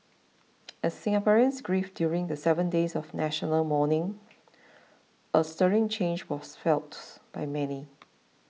as Singaporeans grieved during the seven days of national mourning a stirring change was felt by many